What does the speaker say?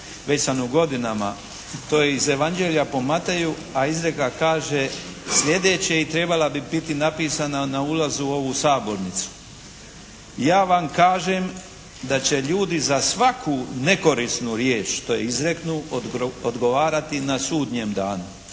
već sam u godinama. To je iz Evanđelja po Mateju, a izreka kaže sljedeće i trebala bi biti napisana na ulazu u ovu sabornicu: "Ja vam kažem da će ljudi za svaku nekorisnu riječ što je izreknu, odgovarati na sudnjem danu".